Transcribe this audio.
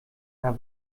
der